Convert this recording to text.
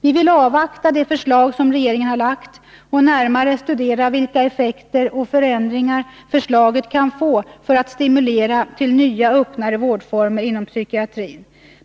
Vi vill avvakta det förslag som regeringen nu lagt fram och närmare studera vilka effekter och förändringar förslaget kan få när det gäller att stimulera till nya öppnare vårdformer inom psykiatrin.